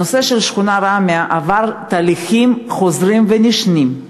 הנושא של שכונת ראמיה עבר תהליכים חוזרים ונשנים,